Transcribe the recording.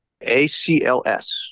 A-C-L-S